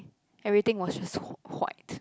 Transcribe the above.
everything was just white